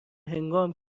هنگام